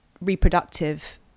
reproductive